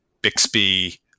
Bixby